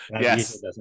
Yes